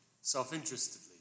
self-interestedly